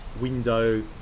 window